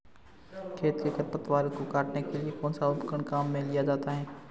खेत में खरपतवार को काटने के लिए कौनसा उपकरण काम में लिया जाता है?